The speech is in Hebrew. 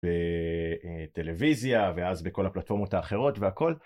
ב... אה.. טלוויזיה, ואז בכל הפלטפורמות האחרות והכול.